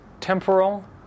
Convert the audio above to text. temporal